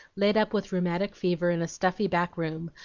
laid up with rheumatic fever in a stuffy back room,